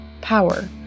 power